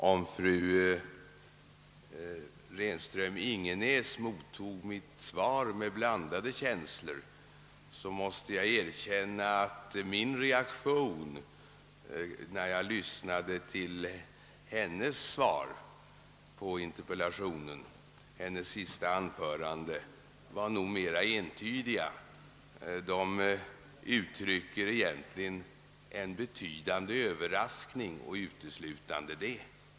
Om fru Renström-Ingenäs mottog mitt svar med blandade känslor, så var min reaktion när jag lyssnade till hennes anförande desto mera entydig: jag kände mig uteslutande överraskad.